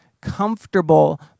comfortable